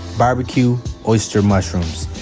barbecue oyster mushrooms.